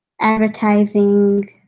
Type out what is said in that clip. advertising